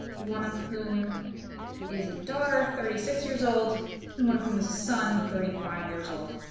one of whom is a daughter, thirty six years old and one of whom is a son, thirty five years old.